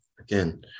Again